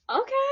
okay